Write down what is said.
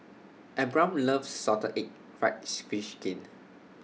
Abram loves Salted Egg Fried Fish Skin